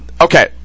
Okay